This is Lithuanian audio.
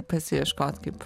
pasieškot kaip